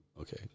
Okay